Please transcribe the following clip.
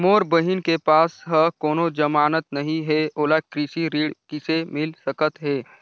मोर बहिन के पास ह कोनो जमानत नहीं हे, ओला कृषि ऋण किसे मिल सकत हे?